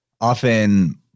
often